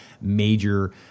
major